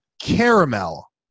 Caramel